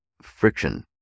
friction